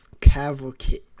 cavalcade